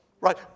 right